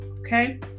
okay